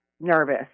nervous